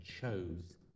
chose